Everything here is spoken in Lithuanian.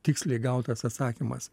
tiksliai gautas atsakymas